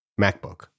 MacBook